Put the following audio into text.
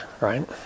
right